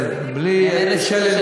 אשתדל, בלי, אנחנו מזמינים אותך.